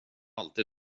alltid